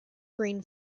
green